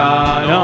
God